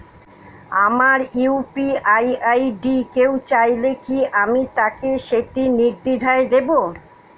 আমার UPI ID কেউ চাইলে কি আমি তাকে সেটি নির্দ্বিধায় দেব?